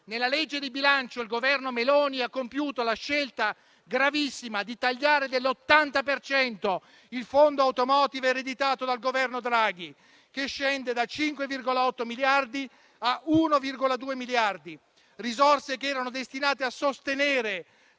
Nella legge di bilancio il Governo Meloni ha compiuto la scelta gravissima di tagliare dell'80 per cento il fondo *automotive* ereditato dal Governo Draghi, che scende da 5,8 a 1,2 miliardi: tali risorse erano destinate a sostenere